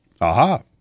Aha